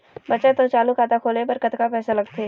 बचत अऊ चालू खाता खोले बर कतका पैसा लगथे?